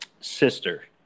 sister-